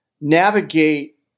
navigate